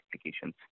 applications